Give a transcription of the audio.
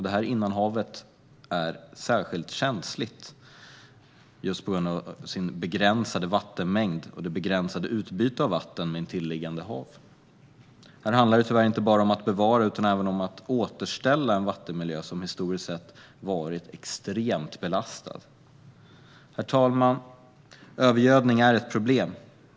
Detta innanhav är särskilt känsligt just på grund av sin begränsade vattenmängd och det begränsade utbytet av vatten med intilliggande hav. Här handlar det tyvärr inte bara om att bevara utan även om att återställa en vattenmiljö som historiskt sett varit extremt belastad. Herr talman! Övergödning är ett problem.